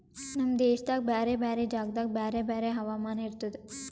ನಮ್ ದೇಶದಾಗ್ ಬ್ಯಾರೆ ಬ್ಯಾರೆ ಜಾಗದಾಗ್ ಬ್ಯಾರೆ ಬ್ಯಾರೆ ಹವಾಮಾನ ಇರ್ತುದ